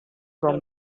from